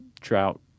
drought